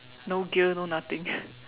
no gear no nothing